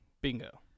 bingo